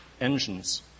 engines